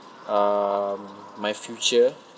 um my future